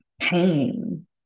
Pain